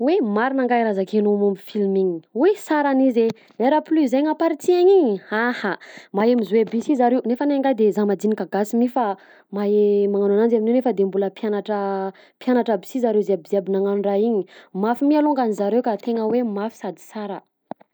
Oy! Marina ngahy raha zakainao momba film iny! Oy! Sara ne izy e R plus un na partie un iny aha mahay mi-jouer bi sy zareo nefany angahy de za mandinika gasy mi fa mahay magnano ananjy amin'io nefa de mbola mpianatra mpianatra aby si zareo jiabijiaby magnano raha iny mafy mi alongany zareo ka tena hoe mafy sady sara.